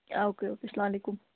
او کے okay سَلام علیکُم